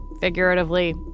figuratively